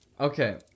Okay